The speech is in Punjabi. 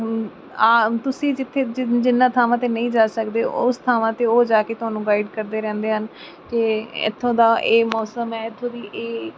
ਆ ਤੁਸੀਂ ਜਿੱਥੇ ਜਿ ਜਿਹਨਾਂ ਥਾਵਾਂ 'ਤੇ ਨਹੀਂ ਜਾ ਸਕਦੇ ਉਹ ਥਾਵਾਂ 'ਤੇ ਉਹ ਜਾ ਕੇ ਤੁਹਾਨੂੰ ਗਾਈਡ ਕਰਦੇ ਰਹਿੰਦੇ ਹਨ ਅਤੇ ਇੱਥੋਂ ਦਾ ਇਹ ਮੌਸਮ ਹੈ ਇੱਥੋਂ ਦੀ ਇਹ